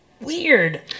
weird